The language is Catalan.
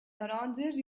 taronges